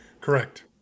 Correct